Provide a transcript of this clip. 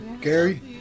Gary